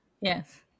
Yes